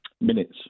Minutes